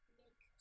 make